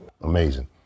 Amazing